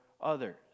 others